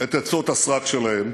את עצות הסרק שלהם,